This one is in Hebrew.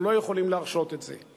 אנחנו לא יכולים להרשות את זה.